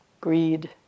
greed